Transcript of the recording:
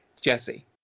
jesse